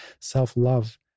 self-love